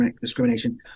discrimination